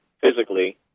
physically